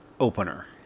opener